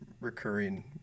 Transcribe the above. recurring